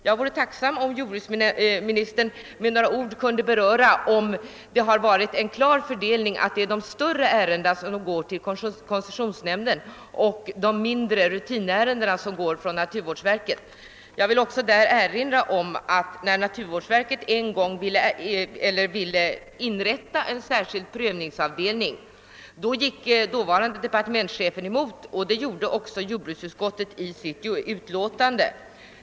Jag vore tacksam om jordbruksministern med några ord kunde ange, om fördelningen varit sådan, att de större ärendena går till koncessionsnämnden och de mindre ärendena, rutinärendena, går till naturvårdsverket. Jag vill också erinra om att när naturvårdsverket ville inrätta en särskild prövningsavdelning gick dåvarande departementschefen emot förslaget, och det gjorde också jordbruksutskottet i sitt utlåtande.